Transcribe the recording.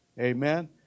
Amen